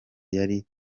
yari